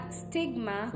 stigma